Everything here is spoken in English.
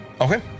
Okay